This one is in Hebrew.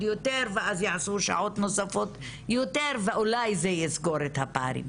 יותר ואז יעשו שעות נוספות יותר ואולי זה יסגור את הפערים.